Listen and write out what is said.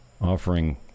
offering